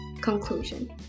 Conclusion